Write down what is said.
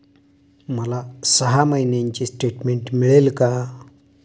मला सहा महिन्यांचे स्टेटमेंट मिळेल का?